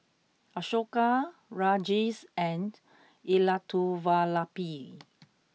Ashoka Rajesh and Elattuvalapil